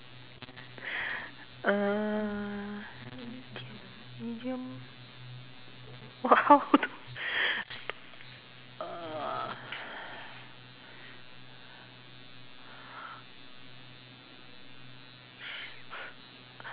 err !wah! how to uh